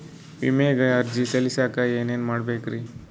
ವಿಮೆಗೆ ಅರ್ಜಿ ಸಲ್ಲಿಸಕ ಏನೇನ್ ಮಾಡ್ಬೇಕ್ರಿ?